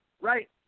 Right